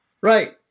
Right